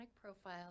profile